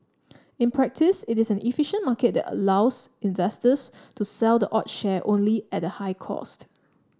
in practice it is an inefficient market that allows investors to sell the odd share only at a high cost